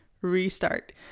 Restart